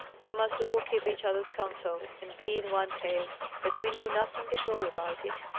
we must all keep each other's counsel, and be in one tale that we know nothing at all about it.